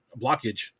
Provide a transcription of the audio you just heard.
blockage